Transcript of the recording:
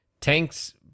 Tank's